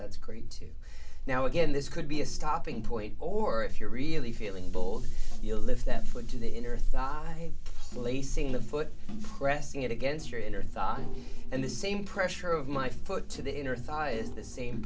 that's great too now again this could be a stopping point or if you're really feeling bold you lift that foot to the inner thigh placing the foot pressing it against your inner thigh and the same pressure of my foot to the inner thigh is the same